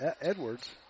Edwards